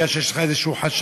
אם יש לך איזה חשד.